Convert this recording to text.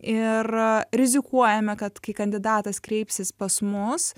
ir rizikuojame kad kai kandidatas kreipsis pas mus